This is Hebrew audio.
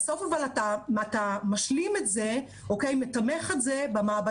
בסוף אתה משלים את זה ומתמך את זה במעבדה.